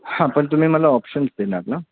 हां पण तुम्ही मला ऑप्शन्स देणार ना